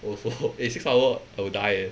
oh [ho] eh six hour I will die eh